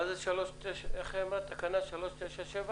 מה זה תקנה 3.9.7?